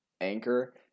anchor